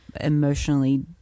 emotionally